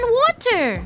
water